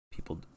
People